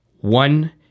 One